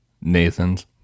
Nathan's